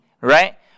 Right